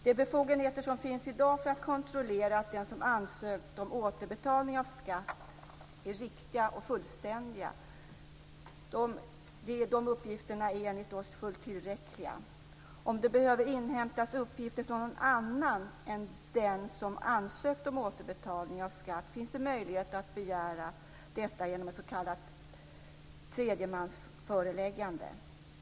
De befogenheter som finns i dag för att kontrollera att de uppgifter som den som ansökt om återbetalning av skatt har lämnat är riktiga och fullständiga tycker vi är fullt tillräckliga. Om man behöver inhämta uppgifter från annan än den som ansökt om återbetalning av skatt, finns det möjlighet att begära detta genom ett s.k. tredjemansföreläggande.